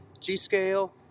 G-Scale